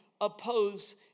oppose